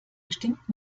bestimmt